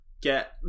get